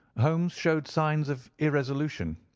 holmes showed signs of irresolution.